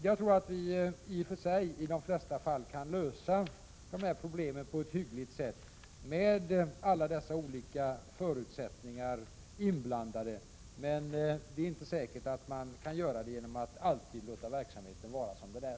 Jag tror i och för sig att vi i de flesta fall kan lösa de här problemen på ett hyggligt sätt, med alla dessa olika förutsättningar inblandade, men det är inte säkert att man kan göra det genom att alltid låta verksamheten vara som den är.